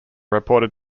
reported